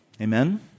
Amen